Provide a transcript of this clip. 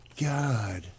God